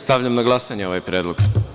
Stavljam na glasanje ovaj predlog.